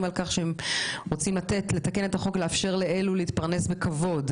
על כך שרוצים לאפשר להם להתפרנס בכבוד,